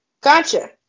Gotcha